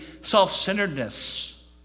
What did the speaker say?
self-centeredness